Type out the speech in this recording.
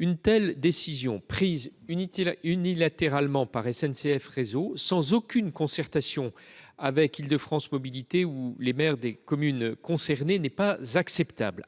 Une telle décision, prise unilatéralement par SNCF Réseau, sans aucune concertation avec Île de France Mobilités ou les maires des communes concernées, n’est pas acceptable,